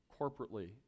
corporately